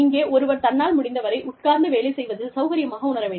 இங்கே ஒருவர் தன்னால் முடிந்தவரை உட்கார்ந்து வேலை செய்வதில் சௌகரியமாக உணர வேண்டும்